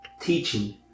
teaching